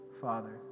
Father